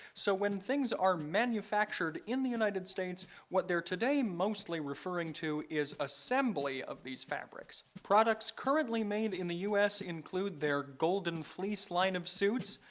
so when things are manufactured in the united states, what they're today mostly referring to is assembly of these fabrics. products currently made in the us include their golden fleece line of suits,